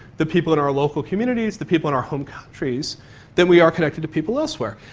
the people in our local communities, the people in our home countries than we are connected to people elsewhere,